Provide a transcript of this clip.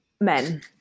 men